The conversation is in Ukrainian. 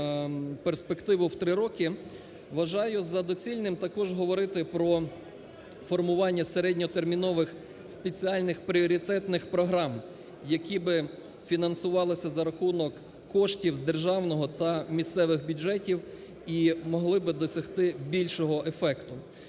перспективу в три роки, вважаю за доцільне також говорити про формування середньотермінових спеціальних пріоритетних програм, які би фінансувалися за рахунок коштів з державного та місцевих бюджетів і могли би досягти більшого ефекту